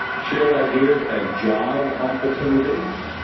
share ideas and job opportunities,